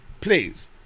Please